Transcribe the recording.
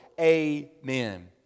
Amen